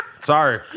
Sorry